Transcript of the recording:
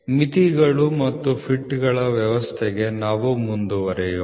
ಮಿತಿಗಳು ಮತ್ತು ಫಿಟ್ಗಳ ವ್ಯವಸ್ಥೆಗೆ ನಾವು ಮುಂದುವರಿಯೋಣ